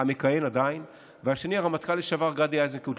המכהן עדיין, והשני, הרמטכ"ל לשעבר גדי איזנקוט.